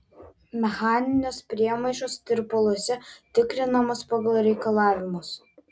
mechaninės priemaišos tirpaluose tikrinamos pagal reikalavimus